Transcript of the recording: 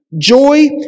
joy